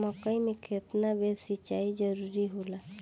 मकई मे केतना बेर सीचाई जरूरी होला?